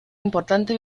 importante